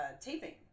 taping